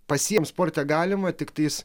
pasiem sporte galima tiktais